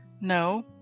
No